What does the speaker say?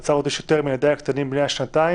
עצר אותי שוטר עם ילדיי הקטנים בני השנתיים,